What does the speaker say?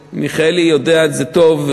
ומיכאלי יודע את זה טוב,